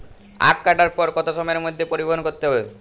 আখ কাটার পর কত সময়ের মধ্যে পরিবহন করতে হবে?